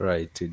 Right